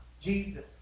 Jesus